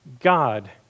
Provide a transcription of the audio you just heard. God